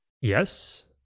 Yes